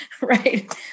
Right